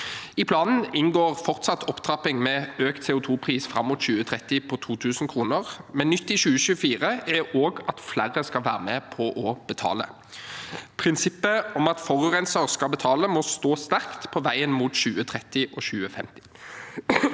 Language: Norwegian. I planen inngår fortsatt opptrapping med økt CO2-pris fram mot 2030 på 2 000 kr, men nytt i 2024 er at flere skal være med og betale. Prin sippet om at forurenser skal betale, må stå sterkt på veien mot 2030 og 2050.